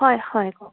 হয় হয় কওক